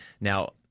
Now